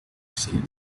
cheia